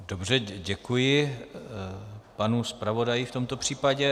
Dobře, děkuji panu zpravodaji v tomto případě.